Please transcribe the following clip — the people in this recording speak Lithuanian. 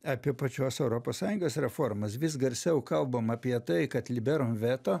apie pačios europos sąjungos reformas vis garsiau kalbam apie tai kad liberum veto